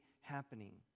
happening